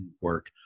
work